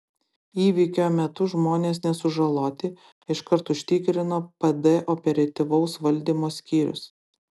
įvykio metu žmonės nesužaloti iškart užtikrino pd operatyvaus valdymo skyrius